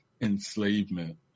enslavement